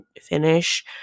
finish